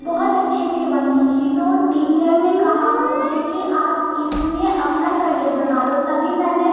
बहुत अच्छी अच्छी बनती थी तो टीचर ने कहा मुझे कि आप इसमें अपना करियर बना लो तभी मैंने